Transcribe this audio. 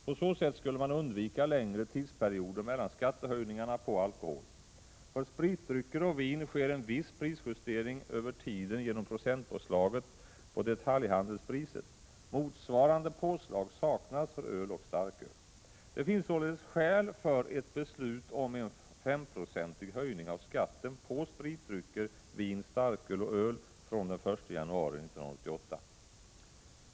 På så sätt skulle man undvika längre tidsperioder mellan skattehöjningarna på alkohol. För spritdrycker och vin sker en viss prisjustering över tiden genom procentpåslaget på detaljhandelspriset. Motsvarande påslag saknas för öl och starköl. Det finns således skäl för ett beslut om en 5S-procentig höjning av skatten på spritdrycker, vin, starköl och öl från den 1 januari 1988.